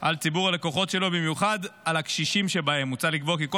החוק קובע כי על